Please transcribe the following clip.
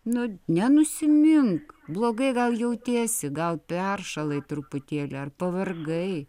na nenusimink blogai gal jautiesi gal peršalai truputėlį ar pavargai